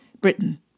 Britain